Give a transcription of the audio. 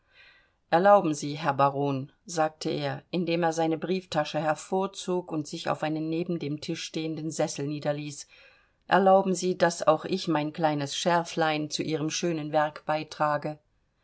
erlauben sie herr baron sagte er indem er seine brieftasche hervorzog und sich auf einen neben dem tische stehenden sessel niederließ erlauben sie daß auch ich mein kleines scherflein zu ihrem schönen werke beitrage